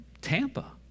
Tampa